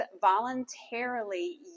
voluntarily